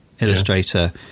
Illustrator